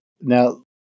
now